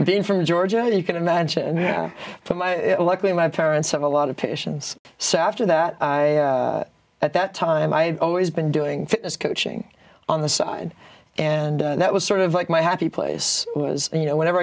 being from georgia you can imagine but luckily my parents have a lot of patients so after that at that time i had always been doing fitness coaching on the side and that was sort of like my happy place was you know whenever